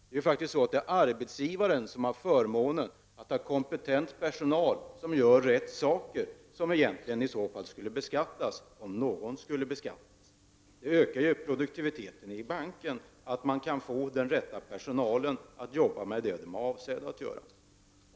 Det är faktiskt arbetsgivaren, som har förmånen att ha kompetent personal som gör rätt saker, som egentligen skall beskattas om någon skall beskattas. Produktiviteten i banken ökar ju om personalen kan arbeta med det som den är avsedd för.